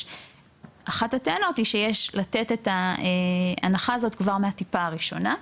אחת הטענות היא שיש לתת את ההנחה הזאת כבר מהטיפה הראשונה,